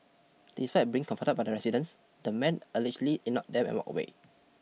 despite being confronted by the residents the man allegedly ignored them and walked away